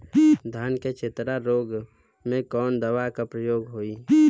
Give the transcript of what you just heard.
धान के चतरा रोग में कवन दवा के प्रयोग होई?